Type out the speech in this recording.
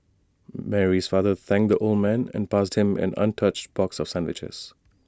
Mary's father thanked the old man and passed him an untouched box of sandwiches